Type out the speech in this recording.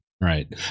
Right